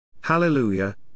Hallelujah